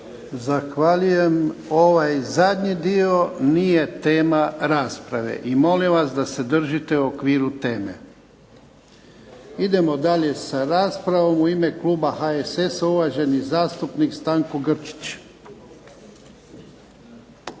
Zahvaljujem. Ovaj zadnji dio nije tema rasprave i molim vas da se držite u okviru teme. Idemo dalje sa raspravom, u ime kluba HSS-a uvaženi zastupnik Stanko Grčić.